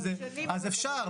אז אפשר,